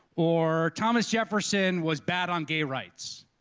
or thomas jefferson was bad on gay rights,